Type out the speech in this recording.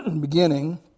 Beginning